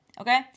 okay